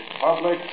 public